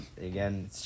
Again